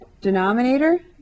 Denominator